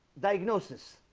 diagnosis